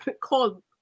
called